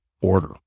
order